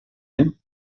any